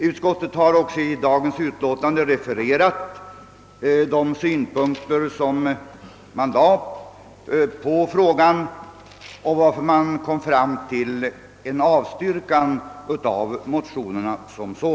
Utskottet har också i dagens utlåtande refererat de synpunkter som tidigare anlagts på frågan och varför man kommit fram till ett avstyrkande av motionerna.